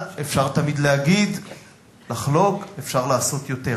אפשר תמיד להגיד, לחלוק, אפשר לעשות יותר.